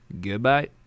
Goodbye